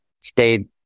stayed